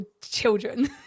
children